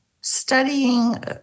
studying